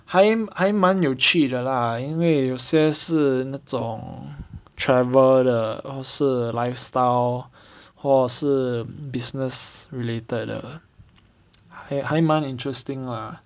还还蛮有趣的 lah 因为有些是那种 travel 的或是 lifestyle 或是 business related 的还还蛮 interesting lah